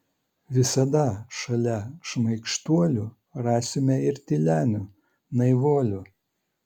visada šalia šmaikštuolių rasime ir tylenių naivuolių